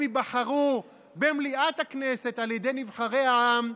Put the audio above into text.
הם ייבחרו במליאת הכנסת על ידי נבחרי העם.